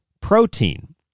protein